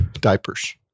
diapers